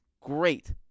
great